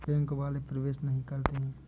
Bank वाले प्रवेश नहीं करते हैं?